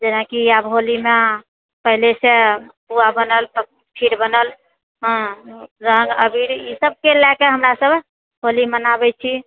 जेनाकि आब होलीमे पहिलेसँ पुआ बनल खीर बनल हँ हँ रङ्ग अबीर ई सब खेलाकऽ हमरासभ होली मनाबए छी